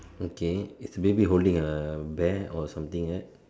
okay is the baby holding a bear or something like that